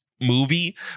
movie